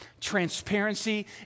Transparency